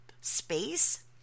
space